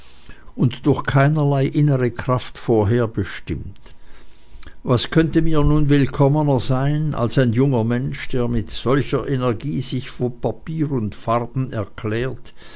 und durch keinerlei innere kraft vorherbestimmt was könnte mir nun willkommener sein als ein junger mensch der mit solcher energie sich für papier und farben erklärt